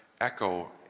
echo